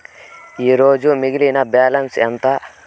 ఈరోజు మిగిలిన బ్యాలెన్స్ ఎంత?